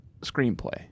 screenplay